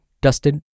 dusted